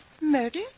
Murder